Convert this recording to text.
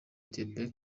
ethiopie